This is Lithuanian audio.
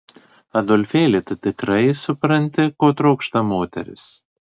adolfėli tu tikrai supranti ko trokšta moteris